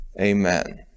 amen